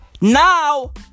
Now